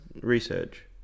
research